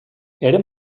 eren